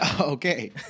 Okay